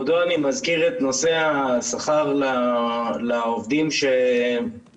כבודו, אני מזכיר את נושא השכר לעובדים שהתאדה.